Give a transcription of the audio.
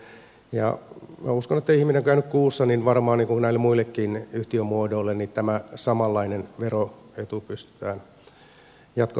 uskon että kun ihminen on käynyt kuussa niin varmaan näille muillekin yhtiömuodoille tämä samanlainen veroetu pystytään jatkossa antamaan